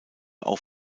auch